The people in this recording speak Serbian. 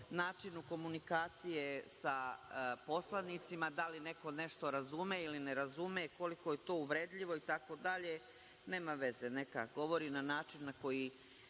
načinu komunikacije sa poslanicima, da li neko nešto razume ili ne razume, koliko je to uvredljivo itd, nema veze, neka govori na način na koji